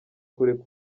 kureka